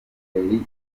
telefoni